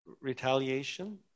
retaliation